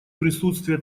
присутствие